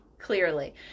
Clearly